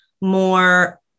more